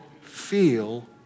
feel